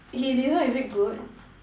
he dessert is it good